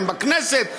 הם בכנסת,